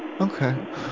Okay